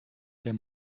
der